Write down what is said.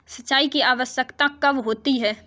सिंचाई की आवश्यकता कब होती है?